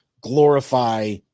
glorify